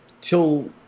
till